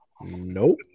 Nope